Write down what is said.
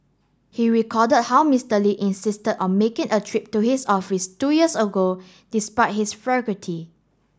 he recall how Mister Lee insisted on making a trip to his office two years ago despite his